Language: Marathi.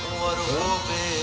मला एक एन.जी.ओ चालू करायची आहे